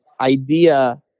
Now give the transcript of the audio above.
idea